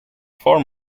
far